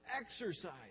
exercise